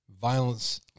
violence